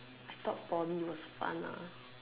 I thought Poly was fun ah